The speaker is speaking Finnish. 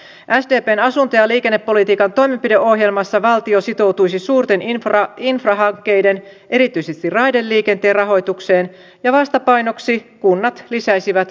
sdpn asunto ja liikennepolitiikan toimenpideohjelmassa valtio sitoutuisi suurten infrahankkeiden erityisesti raideliikenteen rahoitukseen ja vastapainoksi kunnat lisäisivät kaavoitusta